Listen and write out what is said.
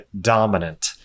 dominant